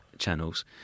channels